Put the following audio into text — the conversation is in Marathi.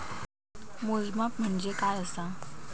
मोजमाप म्हणजे काय असा?